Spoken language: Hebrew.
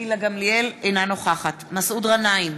אינה נוכחת מסעוד גנאים,